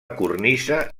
cornisa